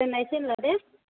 दोननायसै होमब्ला दे